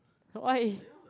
why